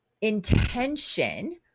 intention